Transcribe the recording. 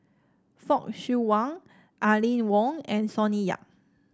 Fock Siew Wah Aline Wong and Sonny Yap